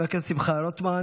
שהם לא יחזרו על הדברים האלו.